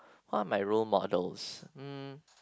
who are my role models hmm